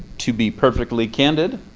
to be perfectly candid,